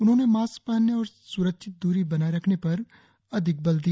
उन्होंने मास्क पहनने और सुरक्षित दूरी बनाये रखने पर अधिक बल दिया